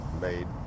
made